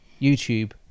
YouTube